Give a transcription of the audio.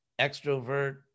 extrovert